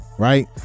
Right